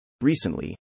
Recently